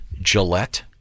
gillette